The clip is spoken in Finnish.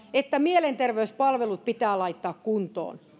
että mielenterveyspalvelut pitää laittaa kuntoon